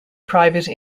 private